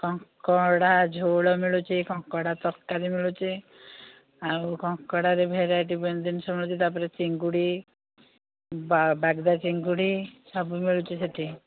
କଙ୍କଡ଼ା ଝୋଳ ମିଳୁଛି କଙ୍କଡ଼ା ତରକାରୀ ମିଳୁଛି ଆଉ କଙ୍କଡ଼ାରେ ଭେରାଇଟି ଜିନିଷ ମିଳୁଛି ତାପରେ ଚିଙ୍ଗୁଡ଼ି ବା ବାଗଦା ଚିଙ୍ଗୁଡ଼ି ସବୁ ମିଳୁଛି ସେହିଠି